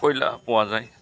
কয়লা পোৱা যায়